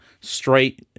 straight